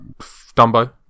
Dumbo